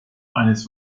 eines